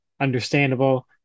understandable